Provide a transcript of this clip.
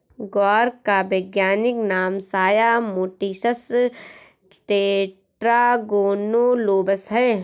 ग्वार का वैज्ञानिक नाम साया मोटिसस टेट्रागोनोलोबस है